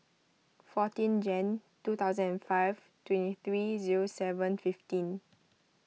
fourteen Jan two thousand and five twenty three zero seven fifteen